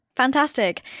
Fantastic